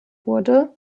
wurde